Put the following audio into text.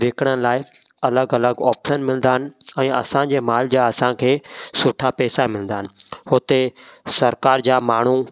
विकिणण लाइ अलॻि अलॻि ऑप्शन मिलंदा आहिनि ऐं असांजे माल जा असांखे सुठा पैसा मिलंदा आहिनि हुते सरकार जा माण्हू